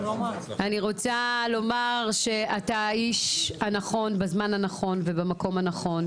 אני רוצה לומר שאתה האיש הנכון בזמן הנכון ובמקום הנכון.